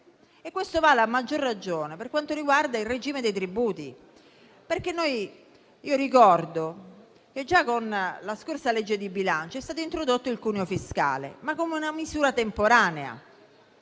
Questo vale a maggior ragione per quanto riguarda il regime dei tributi: ricordo che già con la scorsa legge di bilancio è stato introdotto il taglio del cuneo fiscale, ma come misura temporanea.